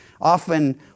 Often